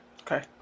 Okay